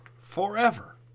forever